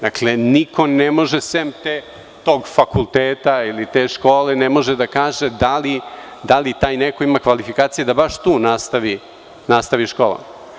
Dakle, niko ne može, sem tog fakulteta ili te škole, da kaže da li taj neko ima kvalifikacije da baš tu nastavi školovanje.